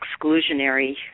exclusionary